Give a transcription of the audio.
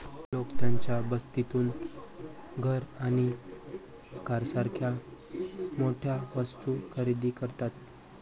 लोक त्यांच्या बचतीतून घर आणि कारसारख्या मोठ्या वस्तू खरेदी करतात